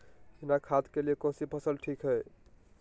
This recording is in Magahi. बिना खाद के लिए कौन सी फसल ठीक है?